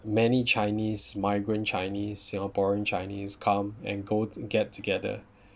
many chinese migrant chinese singaporean chinese come and go get together